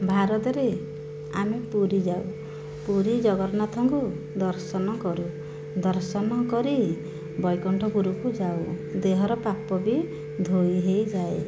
ଭାରତରେ ଆମେ ପୁରୀ ଯାଉ ପୁରୀ ଜଗନ୍ନାଥଙ୍କୁ ଦର୍ଶନ କରୁ ଦର୍ଶନ କରି ବୈକୁଣ୍ଠପୁରକୁ ଯାଉ ଦେହର ପାପବି ଧୋଇ ହୋଇଯାଏ